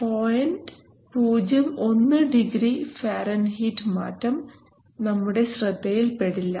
01 degree Fahrenheit മാറ്റം നമ്മുടെ ശ്രദ്ധയിൽ പെടില്ല